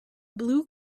blue